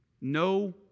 No